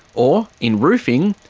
or, in roofing,